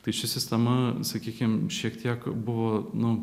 tai ši sistema sakykim šiek tiek buvo nu